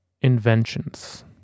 inventions